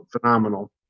phenomenal